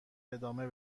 ادامه